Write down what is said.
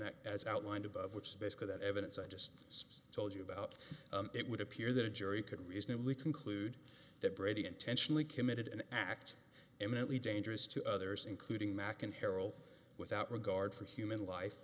that as outlined above which is basically that evidence i just told you about it would appear that a jury could reasonably conclude that brady intentionally committed an act imminently dangerous to others including mac and harrell without regard for human life